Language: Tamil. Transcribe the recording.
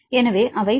எனவே அவை 5